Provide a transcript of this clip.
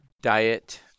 diet